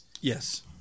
Yes